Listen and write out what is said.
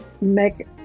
make